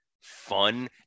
fun